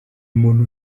umuntu